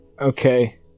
Okay